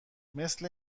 مثل